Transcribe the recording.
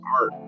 art